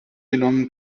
genommen